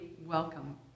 welcome